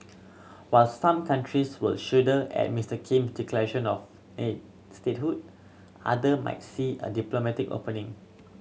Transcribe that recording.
while some countries will shudder at Mister Kim to declaration of statehood other might see a diplomatic opening